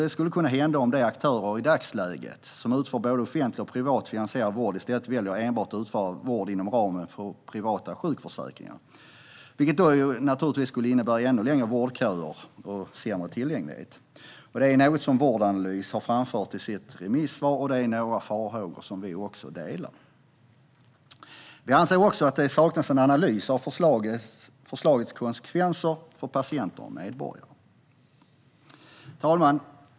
Det skulle kunna hända om de aktörer som i dagsläget utför både offentligt och privat finansierad vård i stället väljer att enbart utföra vård inom ramen för de privata sjukvårdsförsäkringarna, vilket skulle innebära ännu längre vårdköer och sämre tillgänglighet. Detta är något som Vårdanalys har framfört i sitt remissvar, och det är farhågor som vi delar. Vi anser också att det saknas en analys av förslagets konsekvenser för patienter och medborgare. Herr talman!